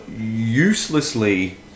uselessly